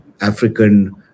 African